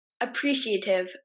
appreciative